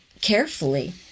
carefully